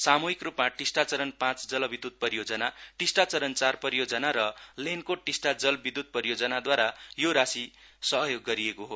सामुहिक रूपमा टिस्टा चरण पाँच जल विदयुत परियोजना टिस्टा चरण चार परियोजना र लेनको टिस्टा जल विद्य्त परियोजनाद्वारा यो राशी सहयोग गरेको हो